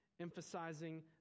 emphasizing